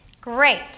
great